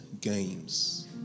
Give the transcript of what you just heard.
games